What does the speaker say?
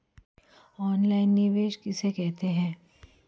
Online निवेश किसे कहते हैं?